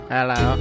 Hello